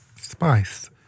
spice